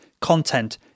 content